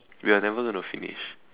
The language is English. we are never gonna finish